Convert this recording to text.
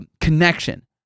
connection